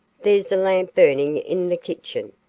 there's a lamp burning in the kitchen,